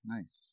Nice